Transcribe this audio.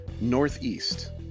northeast